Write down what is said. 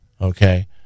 okay